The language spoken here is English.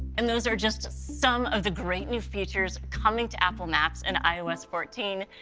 and those are just some of the great new features coming to apple maps in ios fourteen,